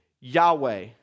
Yahweh